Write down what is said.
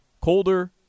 colder